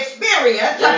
experience